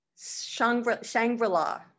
Shangri-La